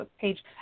page